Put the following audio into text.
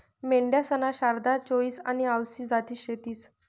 मेंढ्यासन्या शारदा, चोईस आनी आवसी जाती शेतीस